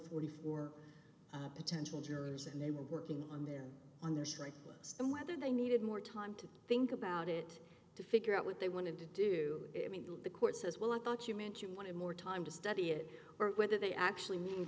forty four potential jurors and they were working on their on their strike and whether they needed more time to think about it to figure out what they wanted to do the court says well i thought you meant you wanted more time to study it or whether they actually mean